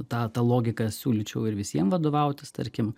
ta ta logika siūlyčiau ir visiem vadovautis tarkim